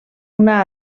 una